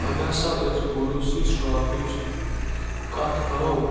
اگر ہَسا أسۍ گرٛوسرِی شرٛاپٕچ کَتھ کَرَو